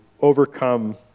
overcome